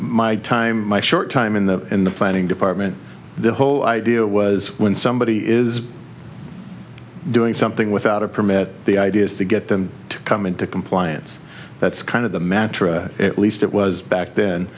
my time my short time in the in the planning department the whole idea was when somebody is doing something without a permit the idea is to get them to come into compliance that's kind of the mantra at least it was back then